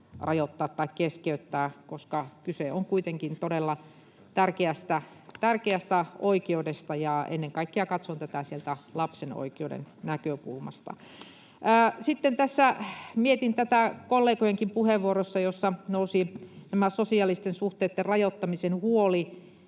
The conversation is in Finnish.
rajoittaa tai keskeyttää, koska kyse on kuitenkin todella tärkeästä oikeudesta. Ennen kaikkea katson tätä siitä lapsen oikeuden näkökulmasta. Sitten tässä mietin tätä — kollegojenkin puheenvuoroissa nousi esiin tämä sosiaalisten suhteitten rajoittamisen huoli